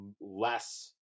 less